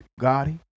Gotti